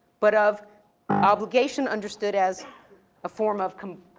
but of obligation understood as a form of